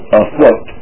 afloat